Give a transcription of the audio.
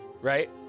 right